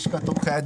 תכף תתייחסו.